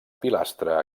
pilastra